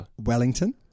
Wellington